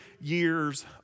years